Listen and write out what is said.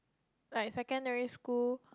like secondary school